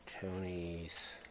Tony's